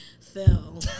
Phil